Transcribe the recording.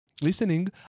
listening